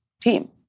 team